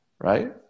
Right